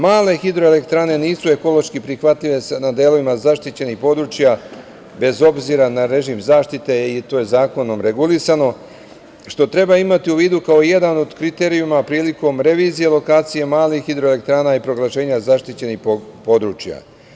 Male hidroelektrane nisu ekološki prihvatljive na delovima zaštićenih područja, bez obzira na režim zaštite i to je zakonom regulisano, što treba imati u vidu kao jedan od kriterijuma prilikom revizije lokacije malih hidroelektrana i proglašenja zaštićenih područja.